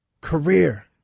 career